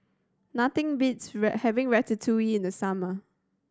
nothing beats having Ratatouille in the summer